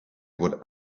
would